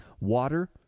Water